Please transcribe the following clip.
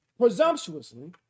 presumptuously